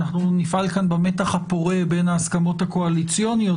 אנחנו נפעל כאן במתח הפורה בין ההסכמות הקואליציוניות